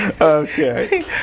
Okay